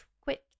quick